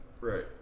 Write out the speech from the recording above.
Right